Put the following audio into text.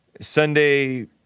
Sunday